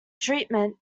treatment